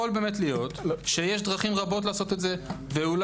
יכול להיות שיש דרכים רבות לעשות את זה ואולי